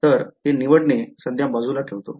तर ते निवडणे सध्या बाजूला ठेवतो